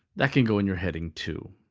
that can go in your heading too.